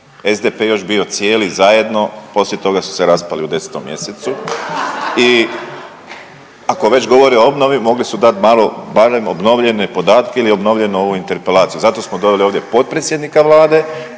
SDP još bio cijeli zajedno. Poslije toga su se raspali u 10 mjesecu i ako već govore o obnovi mogli su dati malo barem obnovljene podatke ili obnovljenu ovu interpelaciju. Zato smo doveli ovdje potpredsjednika Vlade